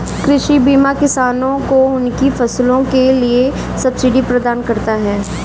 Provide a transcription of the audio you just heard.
कृषि बीमा किसानों को उनकी फसलों के लिए सब्सिडी प्रदान करता है